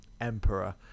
Emperor